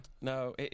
No